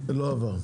לא עבר.